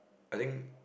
I think